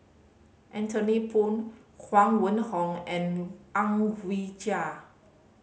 Anthony Poon Huang Wenhong and Ang Wee Chai